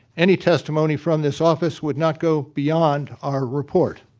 any testimony from this office would not go beyond our report.